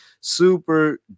Super